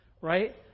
right